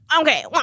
okay